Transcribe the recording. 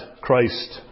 Christ